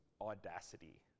audacity